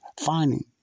Finding